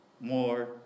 more